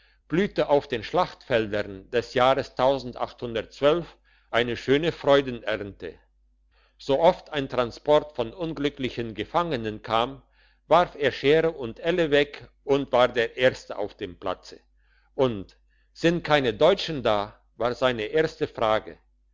blühte auf den schlachtfeldern des jahres eine schöne freudenernte so oft ein transport von unglücklichen gefangenen kam warf er schere und elle weg und war der erste auf dem platze und sind keine deutsche da war seine erste frage